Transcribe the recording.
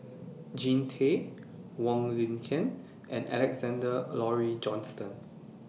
Jean Tay Wong Lin Ken and Alexander Laurie Johnston